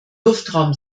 luftraum